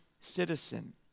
citizen